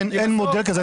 אין מודל כזה.